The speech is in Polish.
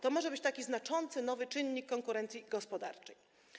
To może być taki znaczący, nowy czynnik konkurencji gospodarczej.